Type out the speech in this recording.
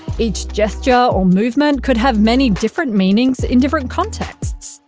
each gesture or movement could have many different meanings in different contexts.